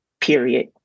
period